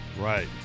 Right